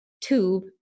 tube